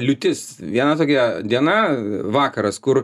liūtis viena tokia diena vakaras kur